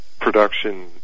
production